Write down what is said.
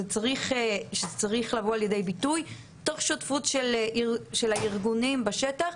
זה צריך לבוא לידי ביטוי תוך שותפות של הארגונים בשטח,